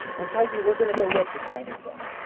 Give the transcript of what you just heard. on titan, we're gonna go look with dragonfly.